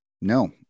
No